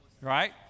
right